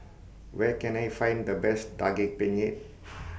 Where Can I Find The Best Daging Penyet